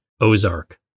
Ozark